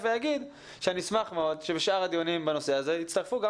ואומר שאני אשמח מאוד שבשאר הדיונים בנושא הזה יצטרפו גם